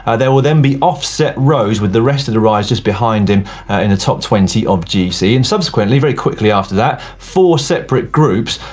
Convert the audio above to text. ah there will then be offset rows with the rest of the riders just behind him in the top twenty of gc and subsequently very quickly after that four separate groups,